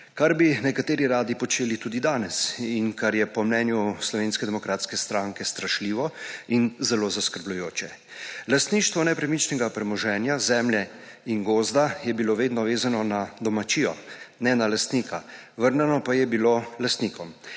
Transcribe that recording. kar bi nekateri radi počeli tudi danes in kar je po mnenju SDS strašljivo in zelo zaskrbljujoče. Lastništvo nepremičnega premoženja, zemlje in gozda je bilo vedno vezano na domačijo, ne na lastnika, vrnjeno pa je bilo lastnikom.